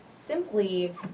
simply